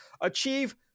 Achieve